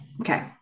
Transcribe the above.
okay